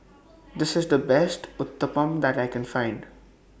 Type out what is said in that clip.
This IS The Best Uthapam that I Can Find